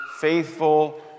faithful